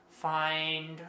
find